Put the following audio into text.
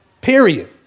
period